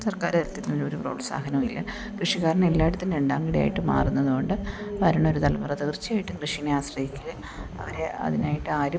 സർക്കാർ തലത്തിൽ ഇതിനൊരു പ്രോത്സാഹനമില്ല കൃഷിക്കാരന് എല്ലായിടത്തും രണ്ടാം കിടയായിട്ട് മാറുന്നതു കൊണ്ട് വരുന്ന ഒരു തലമുറ തീർച്ചയായിട്ടും കൃഷിയെ ആശ്രയിക്കില്ല അവരെ അതിനായിട്ട് ആരും